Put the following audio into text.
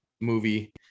movie